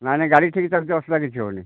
ନାଇଁ ନାଇଁ ଗାଡ଼ି ଠିକ୍ ଚାଲୁଛି ଅସୁବିଧା କିଛି ହେଉନି